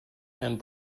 and